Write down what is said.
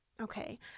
okay